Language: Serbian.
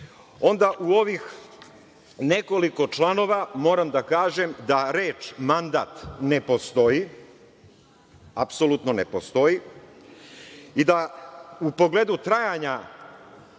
onda u ovih nekoliko članova moram da kažem da reč – mandat ne postoji, apsolutno ne postoji i da u pogledu trajanja